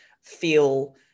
feel